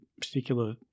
particular